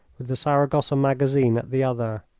with the saragossa magazine at the other.